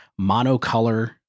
monocolor